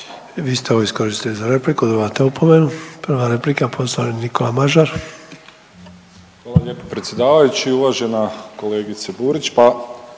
vi ste ovo iskoristili za repliku i dobivate opomenu. Prva replika poštovani Nikola Mažar. **Mažar, Nikola (HDZ)** Hvala lijepo predsjedavajući. Uvažena kolegice Burić,